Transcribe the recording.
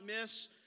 miss